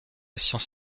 science